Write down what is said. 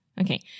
Okay